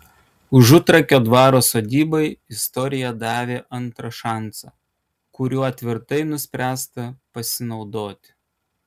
užutrakio dvaro sodybai istorija davė antrą šansą kuriuo tvirtai nuspręsta pasinaudoti